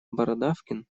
бородавкин